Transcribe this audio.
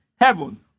Heaven